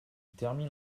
termine